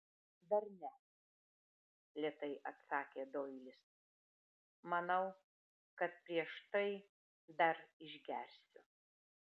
dar ne lėtai atsakė doilis manau kad prieš tai dar išgersiu